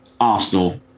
Arsenal